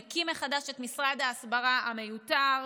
הוא מקים מחדש את משרד ההסברה המיותר,